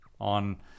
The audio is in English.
on